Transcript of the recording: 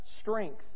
strength